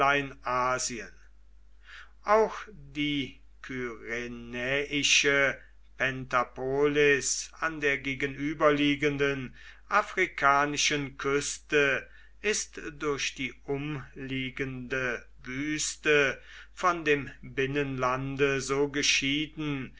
auch die kyrenäische pentapolis an der gegenüberliegenden afrikanischen küste ist durch die umliegende wüste von dem binnenlande so geschieden